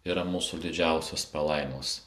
yra mūsų didžiausios palaimos